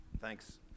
Thanks